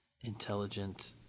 intelligent